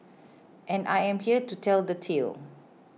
and I am here to tell the tale